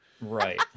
Right